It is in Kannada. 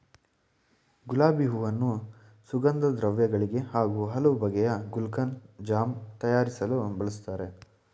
ಗುಲಾಬಿ ಹೂವನ್ನು ಸುಗಂಧದ್ರವ್ಯ ಗಳಿಗೆ ಹಾಗೂ ಹಲವು ಬಗೆಯ ಗುಲ್ಕನ್, ಜಾಮ್ ತಯಾರಿಸಲು ಬಳ್ಸತ್ತರೆ